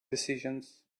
decisions